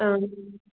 ꯑꯪ